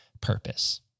purpose